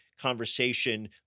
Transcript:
conversation